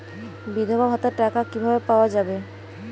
বিধবা ভাতার টাকা কিভাবে পাওয়া যাবে?